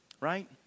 Right